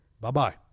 Bye-bye